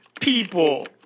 people